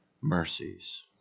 mercies